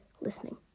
listening